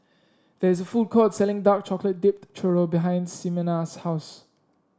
there is a food court selling Dark Chocolate Dipped Churro behind Ximena's house